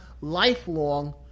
lifelong